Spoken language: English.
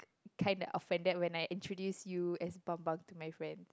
kind of offended when I introduce you as Bambang to my friend